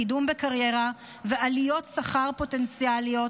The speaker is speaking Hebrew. קידום בקריירה ועליות שכר פוטנציאליות,